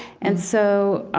and so, ah